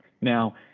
Now